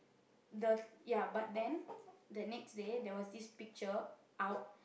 the ya but then the next day there was this picture out